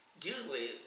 usually